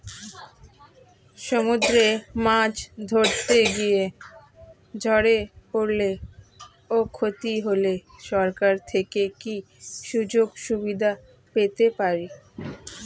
সমুদ্রে মাছ ধরতে গিয়ে ঝড়ে পরলে ও ক্ষতি হলে সরকার থেকে কি সুযোগ সুবিধা পেতে পারি?